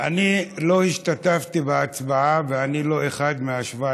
אני לא השתתפתי בהצבעה ואני לא אחד מה-17.